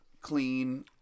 clean